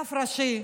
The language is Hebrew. רב ראשי.